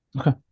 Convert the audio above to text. Okay